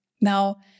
Now